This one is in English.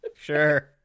sure